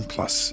Plus